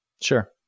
Sure